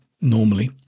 normally